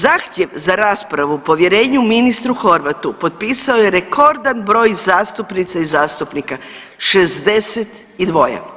Zahtjev za raspravu o povjerenju ministru Horvatu potpisao je rekordan broj zastupnica i zastupnika, 62.